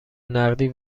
نقدی